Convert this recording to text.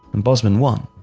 and bosman won.